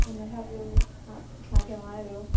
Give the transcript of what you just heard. उनखां पोइ हा छा चवां इहो